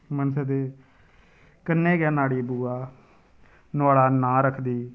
मनसदे कन्नै गै न्हाड़ी बुआ नुहाड़ा नांऽ रखदी